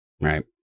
Right